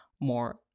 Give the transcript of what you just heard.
more